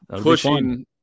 Pushing –